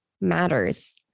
matters